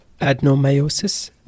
Adenomyosis